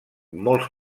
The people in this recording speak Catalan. molts